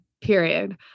period